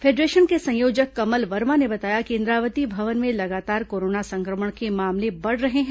federation के संयोजक कमल वर्मा ने बताया कि इंद्रावती भवन में लगातार कोरोना संक्रमण के मामले बढ़ रहे हैं